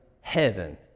heaven